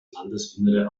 landesinnere